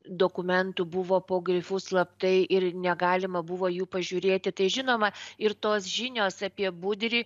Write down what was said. dokumentų buvo po grifu slaptai ir negalima buvo jų pažiūrėti tai žinoma ir tos žinios apie budrį